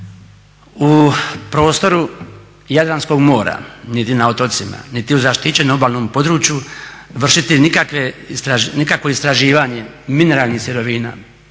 u prostoru Jadranskog mora niti na otocima niti u zaštićenom obalnom području vršiti nikakvo istraživanje mineralnih sirovina